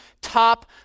top